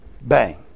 bang